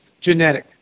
genetic